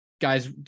guys